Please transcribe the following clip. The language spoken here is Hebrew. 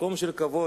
במקום של כבוד,